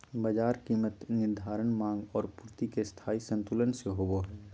बाजार कीमत निर्धारण माँग और पूर्ति के स्थायी संतुलन से होबो हइ